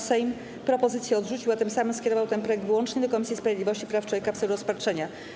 Sejm propozycję odrzucił, a tym samym skierował ten projekt wyłącznie do Komisji Sprawiedliwości i Praw Człowieka w celu rozpatrzenia.